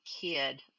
kid